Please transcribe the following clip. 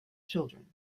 children